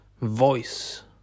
voice